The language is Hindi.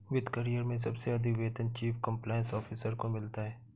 वित्त करियर में सबसे अधिक वेतन चीफ कंप्लायंस ऑफिसर को मिलता है